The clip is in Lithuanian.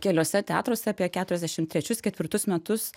keliuose teatruose apie keturiasdešim trečius ketvirtus metus